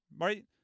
right